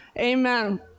Amen